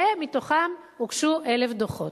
ומתוכם הוגשו 1,000 דוחות.